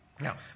Now